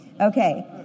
Okay